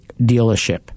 dealership